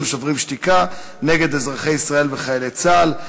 "שוברים שתיקה" נגד אזרחי ישראל וחיילי צה"ל,